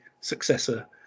successor